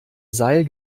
seil